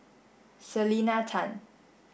Selena Tan